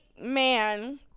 man